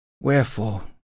Wherefore